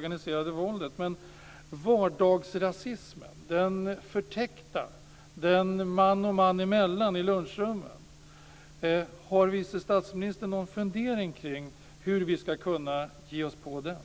Men när det gäller den förtäckta vardagsrasismen som förekommer man och man emellan i lunchrummen, har vice statsministern någon fundering kring hur vi ska kunna ge oss på den?